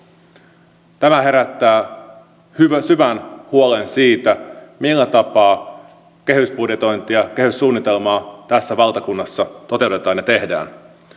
tämä herättää syvän huolen siitä millä tapaa kehysbudjetointia ja kehyssuunnitelmaa tässä valtakunnassa toteutetaan ja tehdään